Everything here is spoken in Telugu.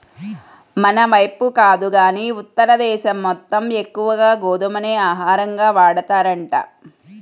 మనైపు కాదు గానీ ఉత్తర దేశం మొత్తం ఎక్కువగా గోధుమనే ఆహారంగా వాడతారంట